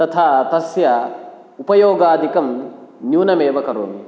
तथा तस्य उपयोगादिकं न्यूनमेव करोमि